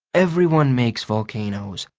everyone makes volcanoes.